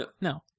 No